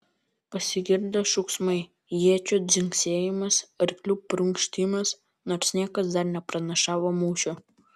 pasigirdo šūksmai iečių dzingsėjimas arklių prunkštimas nors niekas dar nepranašavo mūšio